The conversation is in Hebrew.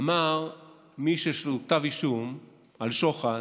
אמר מי שיש לו כתב אישום על שוחד,